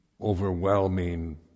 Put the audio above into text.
overwhelming